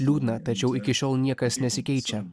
liūdna tačiau iki šiol niekas nesikeičia